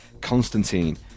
Constantine